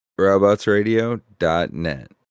robotsradio.net